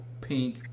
pink